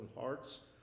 hearts